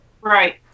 Right